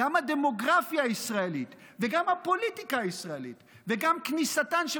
גם הדמוגרפיה הישראלית וגם הפוליטיקה הישראלית וגם כניסתן של